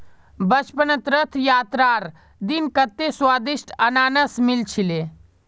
बचपनत रथ यात्रार दिन कत्ते स्वदिष्ट अनन्नास मिल छिले